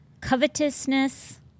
covetousness